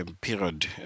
period